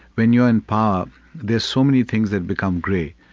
when you're in power, um there's so many things that become grey.